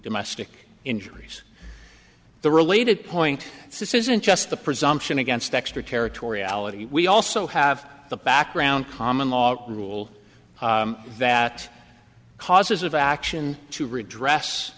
domestic injuries the related point six isn't just the presumption against extraterritoriality we also have the background common law rule that causes of action to redress